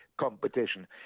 competition